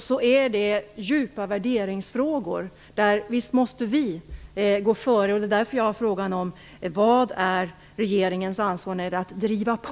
Det är fråga om värdering. Visst måste vi gå före. Det är därför jag frågar vad regeringens ansvar är för att driva på.